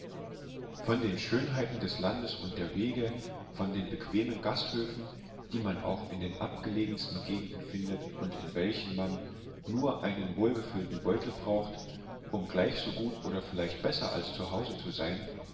von den schönheiten des landes und der wege von den bequemen gasthöfen die man auch in den abgelegensten gegenden findet und in welchen man nur einen wohlgefüllten beutel braucht um gleich so gut und vielleicht besser als zu hause zu sein